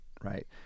right